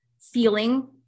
feeling